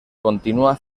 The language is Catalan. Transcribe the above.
continua